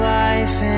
life